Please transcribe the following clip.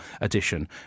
edition